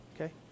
okay